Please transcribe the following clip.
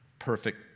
perfect